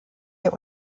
der